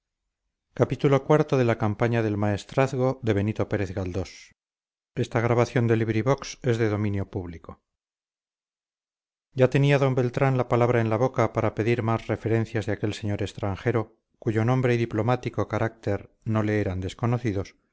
de carlos v ya tenía d beltrán la palabra en la boca para pedir más referencias de aquel señor extranjero cuyo nombre y diplomático carácter no le eran desconocidos